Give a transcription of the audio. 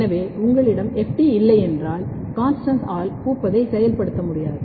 எனவே உங்களிடம் FT இல்லையென்றால் CONSTANS T ஆல் பூப்பதை செயல்படுத்த முடியாது